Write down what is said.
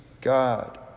God